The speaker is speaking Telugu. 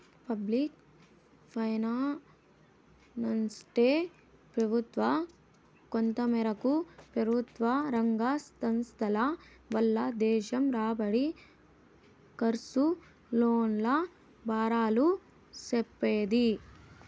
పబ్లిక్ ఫైనాన్సంటే పెబుత్వ, కొంతమేరకు పెబుత్వరంగ సంస్థల వల్ల దేశం రాబడి, కర్సు, లోన్ల బారాలు సెప్పేదే